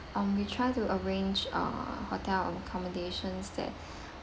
um we try to arrange uh hotel and accommodations that